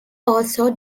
also